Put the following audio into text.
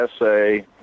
essay